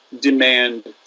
demand